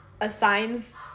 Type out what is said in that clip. assigns